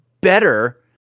better